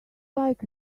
like